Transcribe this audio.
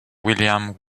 william